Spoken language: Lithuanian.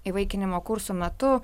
įvaikinimo kursų metu